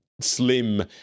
slim